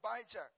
Abijah